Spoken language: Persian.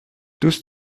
دوست